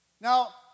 Now